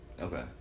Okay